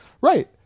right